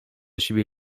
siebie